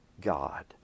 God